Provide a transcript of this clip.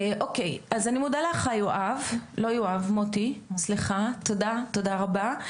אז אני מודה לך, מוטי, תודה רבה.